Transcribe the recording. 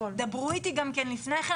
דברו איתי גם כן לפני כן,